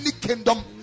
Kingdom